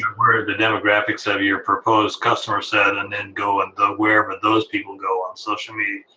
where the demographics of your proposed customer set and then go and, wherever those people go on social media,